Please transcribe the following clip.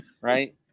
right